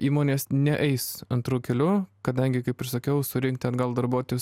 įmonės ne eis antru keliu kadangi kaip ir sakiau surinkti atgal darbuotojus